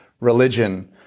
religion